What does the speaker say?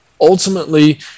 ultimately